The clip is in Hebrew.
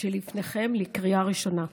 שלפניכם לקריאה ראשונה.